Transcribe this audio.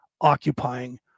occupying